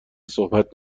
صحبت